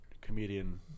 comedian